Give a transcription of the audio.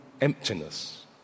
emptiness